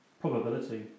probability